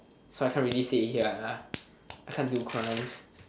so I can't really say it here I can't do crimes